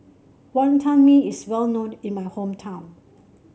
Wonton Mee is well known in my hometown